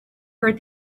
heard